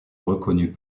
reconnues